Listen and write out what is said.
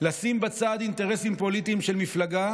לשים בצד אינטרסים פוליטיים של מפלגה